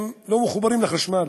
הם לא מחוברים לחשמל,